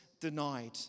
denied